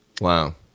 Wow